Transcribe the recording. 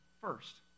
first